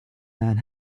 man